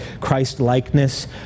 Christ-likeness